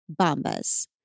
Bombas